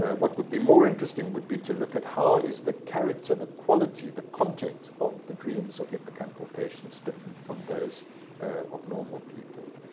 ah what would be more interesting would be to look at how is the character, the quality, the content of the dreams of hippocampal patients different from those of normal people.